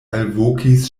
alvokis